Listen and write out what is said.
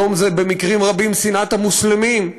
היום זה במקרים רבים שנאת המוסלמים,